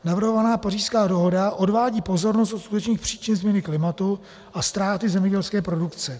Navrhovaná Pařížská dohoda odvádí pozornost od skutečných příčin změny klimatu a ztráty zemědělské produkce.